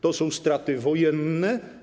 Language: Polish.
To są straty wojenne.